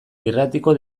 irratiko